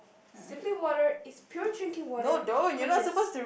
simply water is pure drinking water goodness